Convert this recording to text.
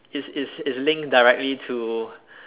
is is is link directly to